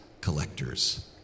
collector's